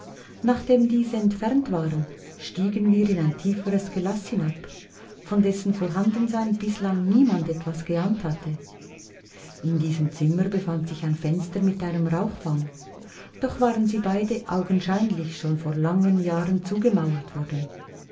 nachdem diese entfernt waren stiegen wir in ein tieferes gelaß hinab von dessen vorhandensein bislang niemand etwas geahnt hatte in diesem zimmer befand sich ein fenster mit einem rauchfang doch waren sie beide augenscheinlich schon vor langen jahren zugemauert worden